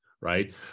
right